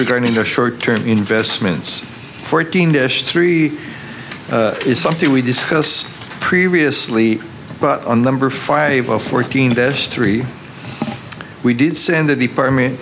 regarding the short term investments fourteen dish three is something we discuss previously but on number five zero fourteen as three we did send the department